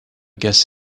guess